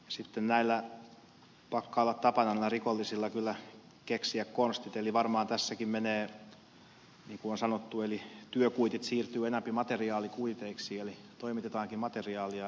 sitten näillä rikollisilla pakkaa olla tapana kyllä keksiä konstit eli varmaan tässäkin tapahtuu niin kuin on sanottu että työkuitit siirtyvät enempi materiaalikuiteiksi eli toimitetaankin materiaalia eikä työtä